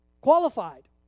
qualified